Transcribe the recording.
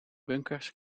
bunkers